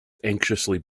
anxiously